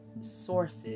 sources